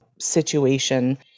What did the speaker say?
situation